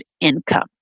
Income